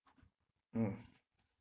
mm